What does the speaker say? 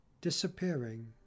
Disappearing